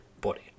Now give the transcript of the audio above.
body